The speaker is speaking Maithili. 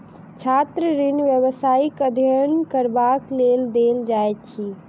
छात्र ऋण व्यवसायिक अध्ययन करबाक लेल देल जाइत अछि